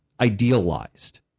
idealized